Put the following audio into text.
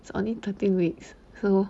it's only thirteen weeks so